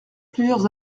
plusieurs